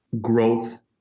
growth